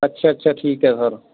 ਅੱਛਾ ਅੱਛਾ ਠੀਕ ਹੈ ਸਰ